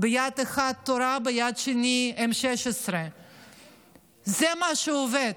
ביד אחת תורה וביד השנייה 16M. זה מה שעובד,